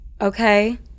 okay